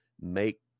make